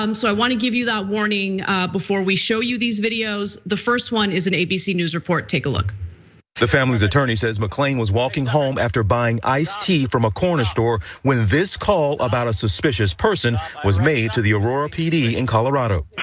um so i wanna give you that warning before we show you these videos. the first one is an abc news report, take a look. the family's attorney says mcclain was walking home after buying iced tea from a corner store when this call about a suspicious person was made to the aurora pd in colorado.